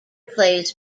plays